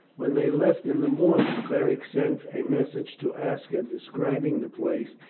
when they left in the morning beric sent a message to aska describing the place,